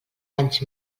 anys